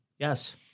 Yes